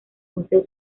museo